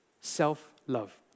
Self-love